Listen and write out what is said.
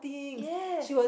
yes